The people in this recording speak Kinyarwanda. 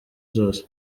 zose